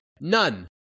None